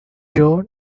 john